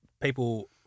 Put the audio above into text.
people